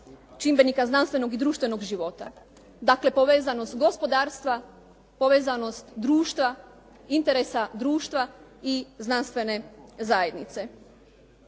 čimbenika znanstvenog i društvenog života. Dakle, povezanost gospodarstva, povezanost društva, interesa društva i znanstvene zajednice.